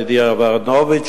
ידידי אהרונוביץ,